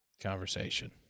conversation